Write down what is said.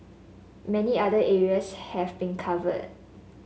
many other areas have been covered